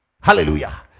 Hallelujah